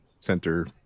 center